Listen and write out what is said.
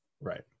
Right